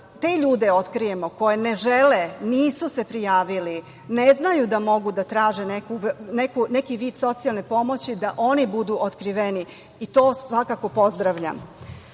te ljude otkrijemo, koje ne žele, nisu se prijavili, ne znaju da mogu da traže neki vid socijalne pomoći da oni budu otkriveni i to svakako pozdravljam. Vrlo